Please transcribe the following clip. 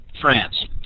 France